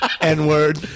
N-word